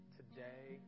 today